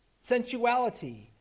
sensuality